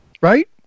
right